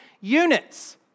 units